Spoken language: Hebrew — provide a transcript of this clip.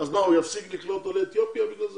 הוא יפסיק לקלוט עולי אתיופיה בגלל זה?